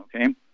okay